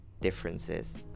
differences